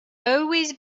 always